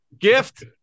Gift